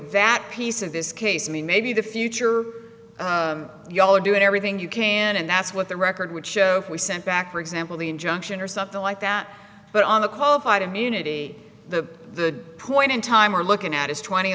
that piece of this case i mean maybe the future ya'll are doing everything you can and that's what the record would show if we sent back for example the injunction or something like that but on a qualified immunity the point in time we're looking at is twenty